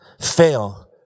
fail